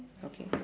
okay